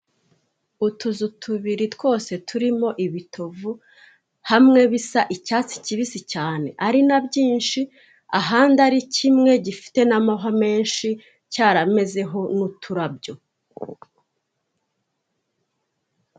Utuzu tubiri twose turimo ibitovu hamwe bisa icyatsi kibisi cyane ari na byinshi, ahandi ari kimwe gifite n'amahwa menshi, cyaramezeho n'uturabyo.